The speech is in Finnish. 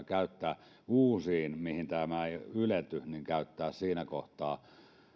käyttää uusiin yrityksiin mihin tämä ei ylety siinä kohtaa